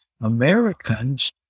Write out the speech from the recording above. Americans